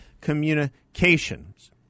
communications